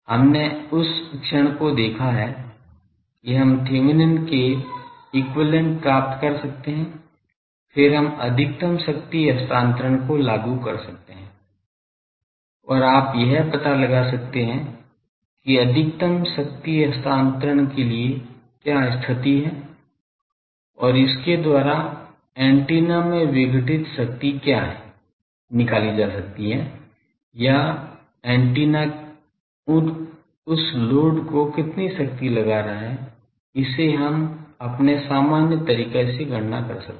हमने उस क्षण को देखा है कि हम थेवेनिन Thevenin's के समतुल्य प्राप्त कर सकते हैं फिर हम अधिकतम शक्ति हस्तांतरण को लागू कर सकते हैं और आप यह पता लगा सकते हैं कि अधिकतम शक्ति हस्तांतरण के लिए क्या स्थिति है और इसके द्वारा ऐन्टेना में विघटित शक्ति क्या है निकाली जा सकती है या एंटीना उन उस लोड को कितनी शक्ति लगा रहा है इसे हम अपने सामान्य तरीके से गणना कर सकते हैं